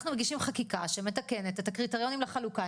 אנחנו מגישים חקיקה שמתקנת את הקריטריונים לחלוקה,